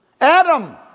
Adam